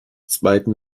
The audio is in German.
zweiten